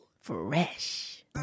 fresh